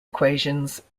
equations